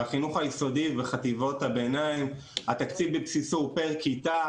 בחינוך היסודי וחטיבות הביניים התקציב בבסיסו הוא פר כיתה